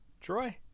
Troy